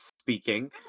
speaking